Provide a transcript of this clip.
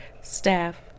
staff